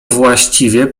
właściwie